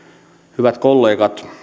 hyvät kollegat